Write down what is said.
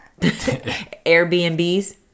Airbnbs